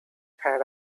had